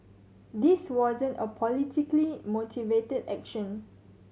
this wasn't a politically motivated action